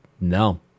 no